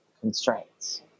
constraints